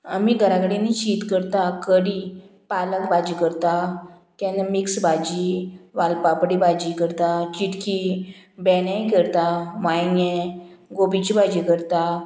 आमी घरा कडेन शीत करता कडी पालक भाजी करता केन्ना मिक्स भाजी वालपापडी भाजी करता चिटकी भेंडेय करता वांयगें गोबीची भाजी करता